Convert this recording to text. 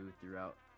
throughout